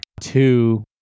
two